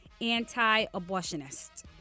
anti-abortionist